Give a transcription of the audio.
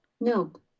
Nope